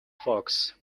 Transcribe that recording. fox